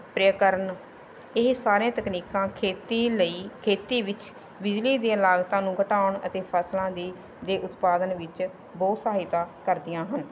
ਪ੍ਰਿਆਕਰਨ ਇਹ ਸਾਰੇ ਤਕਨੀਕਾਂ ਖੇਤੀ ਲਈ ਖੇਤੀ ਵਿੱਚ ਬਿਜਲੀ ਦੇ ਲਾਗਤਾਂ ਨੂੰ ਘਟਾਉਣ ਅਤੇ ਫਸਲਾਂ ਦੀ ਦੇ ਉਤਪਾਦਨ ਵਿੱਚ ਬਹੁਤ ਸਹਾਇਤਾ ਕਰਦੀਆਂ ਹਨ